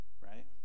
right